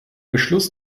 beschluss